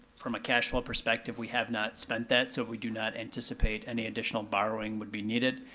from a cash flow perspective, we have not spent that, so we do not anticipate any additional borrowing would be needed.